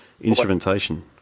instrumentation